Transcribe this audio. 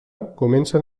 comencen